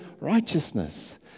righteousness